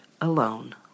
alone